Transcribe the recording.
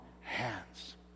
hands